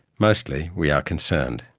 mostly we are concerned.